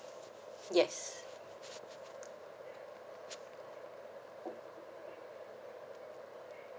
yes